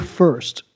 first